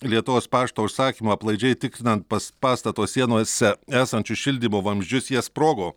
lietuvos pašto užsakymu aplaidžiai tkrinant pas pastato sienose esančius šildymo vamzdžius jie sprogo